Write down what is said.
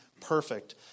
perfect